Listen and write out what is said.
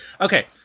Okay